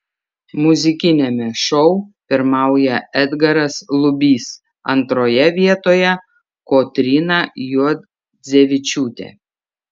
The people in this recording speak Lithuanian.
muzikiniame šou pirmauja edgaras lubys antroje vietoje kotryna juodzevičiūtė